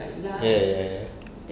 ya ya ya